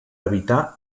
evitar